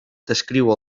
descriu